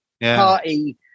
party